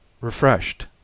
refreshed